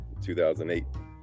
2008